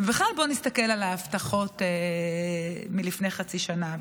בכלל, בואו נסתכל על ההבטחות מלפני חצי שנה.